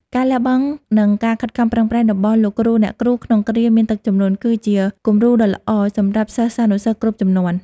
ការលះបង់ និងការខិតខំប្រឹងប្រែងរបស់លោកគ្រូអ្នកគ្រូក្នុងគ្រាមានទឹកជំនន់ គឺជាគំរូដ៏ល្អសម្រាប់សិស្សានុសិស្សគ្រប់ជំនាន់។